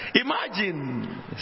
Imagine